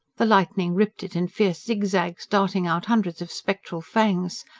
the lightning ripped it in fierce zigzags, darting out hundreds of spectral fangs.